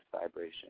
vibration